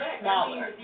smaller